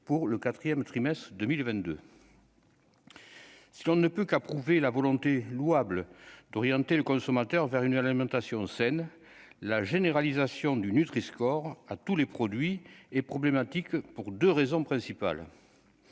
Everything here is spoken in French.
pour le 4ème trimestre 2022. Ce qu'on ne peut qu'approuver la volonté louable d'orienter le consommateur vers une alimentation saine, la généralisation du nutriscore à tous les produits et problématique pour 2 raisons principales